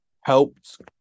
helped